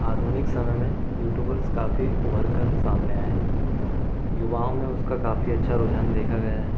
आधुनिक समय में यूट्यूबर्स काफ़ी उभर कर सामने आए हैं युवाओं में उसका काफ़ी अच्छा रुझान देखा गया है